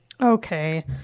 Okay